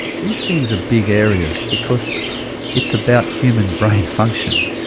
these things are big areas because it's about human brain function,